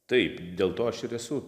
taip dėl to aš ir esu